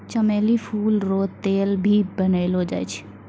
चमेली फूल रो तेल भी बनैलो जाय छै